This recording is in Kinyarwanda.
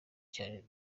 cyane